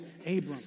Abram